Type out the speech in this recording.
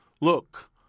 Look